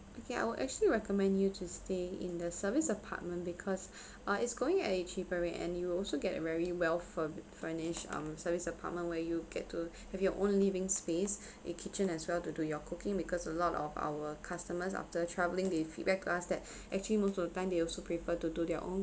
okay I would actually recommend you to stay in the serviced apartment because uh it's going at a cheaper rate and you'll also get a very well fur~ furnished um serviced apartment where you get to have your own living space a kitchen as well to do your cooking because a lot of our customers after traveling they feedback to us that actually most of the time they also prefer to do their own